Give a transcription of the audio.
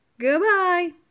Goodbye